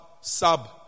sub